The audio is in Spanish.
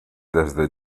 desde